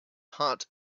heart